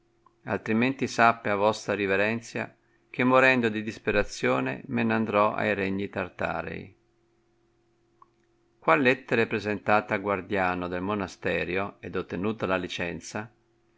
altrimenti sappia vostra riverenzia che morendo di disperazione me n andrò ai regni tartarei qual lettere presentate al guardiano del monasterio ed ottenuta la licenza